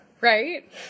Right